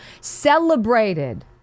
celebrated